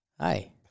Hi